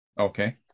Okay